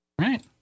Right